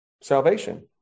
salvation